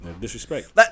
Disrespect